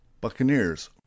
buccaneers